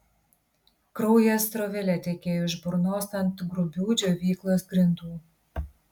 kraujas srovele tekėjo iš burnos ant grubių džiovyklos grindų